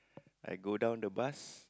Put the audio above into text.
I go down the bus